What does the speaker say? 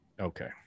Okay